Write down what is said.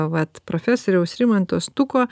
vat profesoriaus rimanto stuko